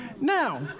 Now